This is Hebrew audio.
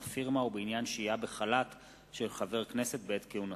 הפירמה ובעניין שהייה בחל"ת של חבר הכנסת בעת כהונתו.